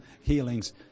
Healings